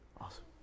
Awesome